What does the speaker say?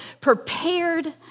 prepared